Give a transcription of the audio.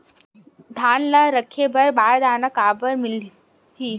धान ल रखे बर बारदाना काबर मिलही?